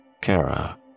Kara